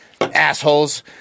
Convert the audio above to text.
assholes